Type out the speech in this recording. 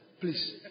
please